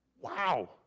Wow